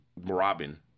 Robin